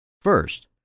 First